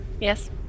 Yes